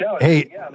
Hey